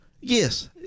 Yes